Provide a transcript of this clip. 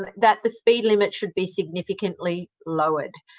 that the speed limit should be significantly lowered.